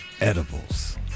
Edibles